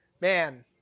Man